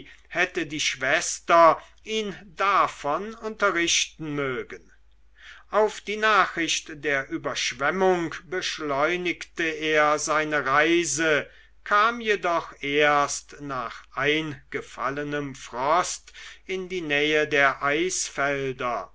hätte die schwester ihn davon unterrichten mögen auf die nachricht der überschwemmung beschleunigte er seine reise kam jedoch erst nach eingefallenem frost in die nähe der eisfelder